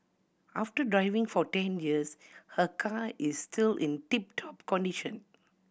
after driving for ten years her car is still in tip top condition